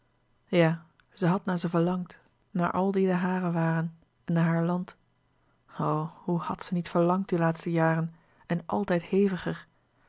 ja zij had naar ze verlangd naar al die de haren waren en naar haar land o hoe had zij niet verlangd die laatste jaren en altijd heviger